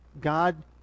God